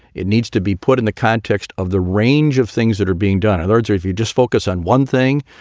it needs to be put in the context of the range of things that are being done. words or if you just focus on one thing,